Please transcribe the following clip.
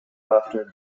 after